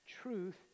truth